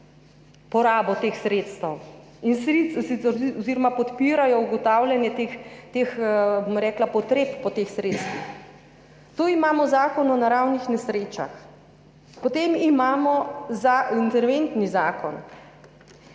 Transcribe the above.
porabo teh sredstev oziroma podpirajo ugotavljanje potreb po teh sredstvih. Tu imamo zakon o naravnih nesrečah, potem imamo interventni zakon